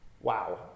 Wow